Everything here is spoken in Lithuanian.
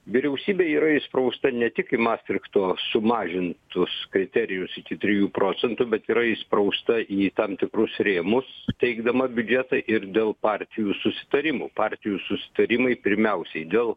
vyriausybė yra įsprausta ne tik į mastrichto sumažintus kriterijus iki trijų procentų bet yra įsprausta į tam tikrus rėmus teikdama biudžetą ir dėl partijų susitarimų partijų susitarimai pirmiausiai dėl